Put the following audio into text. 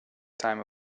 time